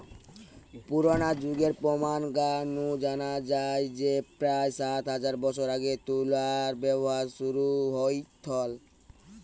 পুরনা যুগের প্রমান গা নু জানা যায় যে প্রায় সাত হাজার বছর আগে তুলার ব্যবহার শুরু হইথল